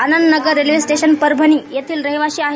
आनंद Nagar railway station Parbhani येथील रहिवाशी आहे